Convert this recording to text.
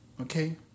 Okay